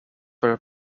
were